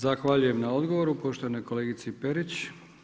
Zahvaljujem na odgovoru poštovanoj kolegici Perić.